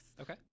okay